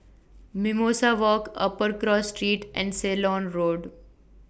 Mimosa Walk Upper Cross Street and Ceylon Road